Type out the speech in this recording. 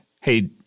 hey